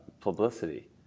publicity